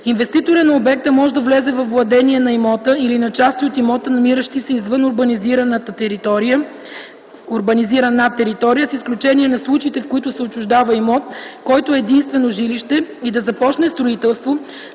инвеститорът на обекта може да влезе във владение на имота или на части от имота, намиращи се извън урбанизирана територия, с изключение на случаите, в които се отчуждава имот, който е единствено жилище, и да започне строителство,